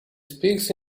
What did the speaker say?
speaks